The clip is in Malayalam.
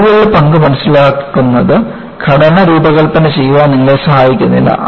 കുറവുകളുടെ പങ്ക് മനസിലാക്കുന്നത് ഘടന രൂപകൽപ്പന ചെയ്യാൻ നിങ്ങളെ സഹായിക്കുന്നില്ല